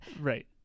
Right